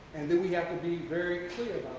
and then we have to be very clear